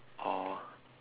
oh